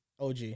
OG